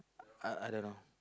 I I don't know